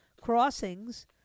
crossings